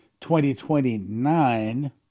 2029